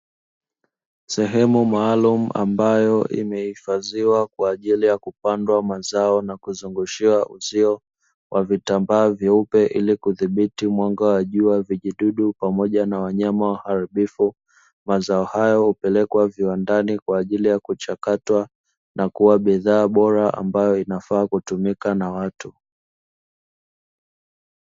Sehemu maalumu ambayo imehifadhiwa kwa ajiri ya kupanda mazao imezungushiwa uzio, wa vitambaa vyeupe ili kuzuia mwanga wa jua, vijidudu na wanyama waharibifu, mazao hayo hupelekwa viwandani kwa ajili ya kuchakatwa, na kua bidhaa bora ambayo inafaa kutumika na watu.